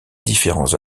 différents